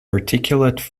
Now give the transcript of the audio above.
articulate